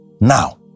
Now